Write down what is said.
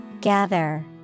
Gather